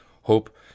Hope